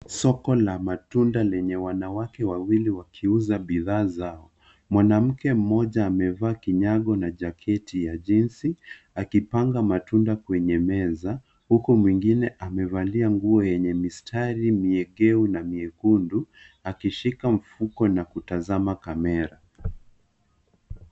Soko la matunda lenye wanawake wawili wakiuza bidhaa zao. Mwanamke mmoja amevaa kinyango na jaketi ya jinsi akipanga matunda kwenye meza uku mwingine amevalia nguo yenye mistari miegeu na miekundu akishika mfuko na kutazama kamera.